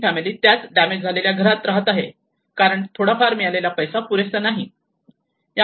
तीन फॅमिली त्याच डॅमेज झालेल्या घरात राहत आहे कारण थोडाफार मिळालेला पैसा पुरेसा नाही